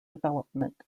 development